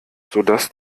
sodass